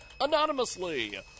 Anonymously